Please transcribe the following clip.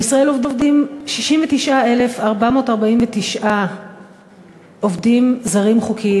בישראל עובדים 69,449 עובדים זרים חוקיים,